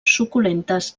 suculentes